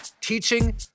teaching